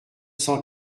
cent